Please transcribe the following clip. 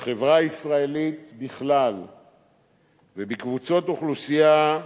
בחברה הישראלית בכלל ובקבוצות אוכלוסייה,